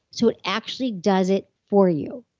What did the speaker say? so it actually does it for you.